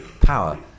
power